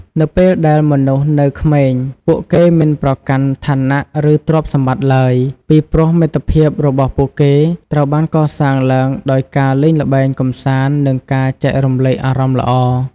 នៅពេលដែលមនុស្សនៅក្មេង ពួកគេមិនប្រកាន់ឋានៈ ឬទ្រព្យសម្បត្តិឡើយ ពីព្រោះមិត្តភាពរបស់ពួកគេត្រូវបានកសាងឡើងដោយការលេងល្បែងកម្សាន្តនិងការចែករំលែកអារម្មណ៍ល្អ។